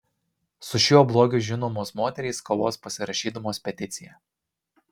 su šiuo blogiu žinomos moterys kovos pasirašydamos peticiją